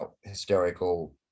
hysterical